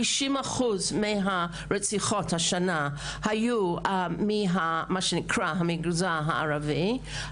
50% מהרציחות השנה היו ממה שנקרא המגזר הערבי.